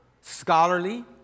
scholarly